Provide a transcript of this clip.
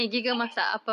I I